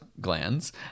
glands